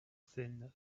thin